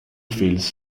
fields